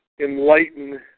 enlighten